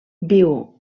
viu